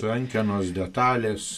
rankenos detalės